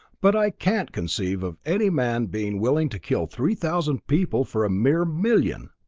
but i can't conceive of any man being willing to kill three thousand people for a mere million!